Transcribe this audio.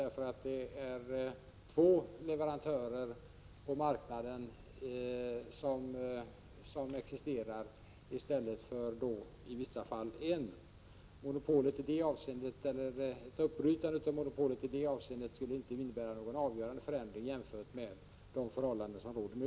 Det blir två leverantörer på marknaden i stället för — i vissa fall — en. Ett uppbrytande av monopolet i det avseendet skulle inte innebära någon avgörande förändring jämfört med de förhållanden som råder nu.